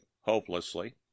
hopelessly